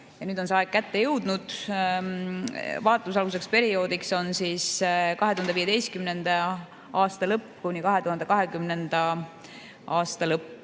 ja nüüd on see aeg kätte jõudnud. Vaatlusalune periood on 2015. aasta lõpp kuni 2020. aasta lõpp.